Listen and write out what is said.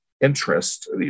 interest